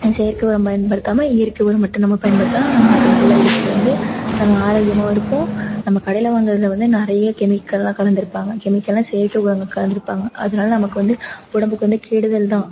செயற்கை உரம் பயன்படுத்தாமல் இயற்கை உரம் மட்டும் நம்ம பயன்படுத்தினா நம்மளுக்கு நல்ல விளைச்சல் வந்து நம்ம ஆரோக்கியமாகவும் இருப்போம் நம்ம கடையில் வாங்கிறதுல வந்து நிறைய கெமிக்கல்லாம் கலந்துருப்பாங்க கெமிக்கல்னா செயற்கை உரங்கள் கலந்துருப்பாங்க அதனால நமக்கு வந்து உடம்புக்கு வந்து கெடுதல் தான்